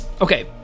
okay